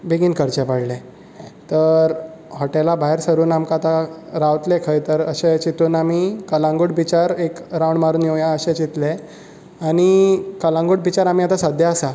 बेगीन करचें पडलें तर हॉटेला भायर सरून आमकां आतां रावतले खंय तर अशें चिंतून आमी कळंगूट बिचार एक रावंड मारुन येवया अशें चिंतले आनी कळंगूट बिचार आमी सद्या आसा